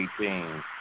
18